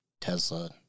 Tesla